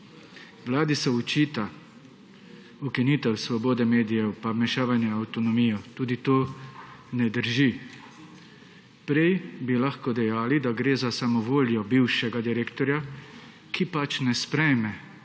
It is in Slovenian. Vladi se očita ukinitev svobode medijev, pa vmeševanje v avtonomijo, tudi to ne drži. Prej bi lahko dejali, da gre za samovoljo bivšega direktorja, ki ne sprejme